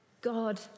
God